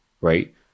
right